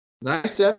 Nice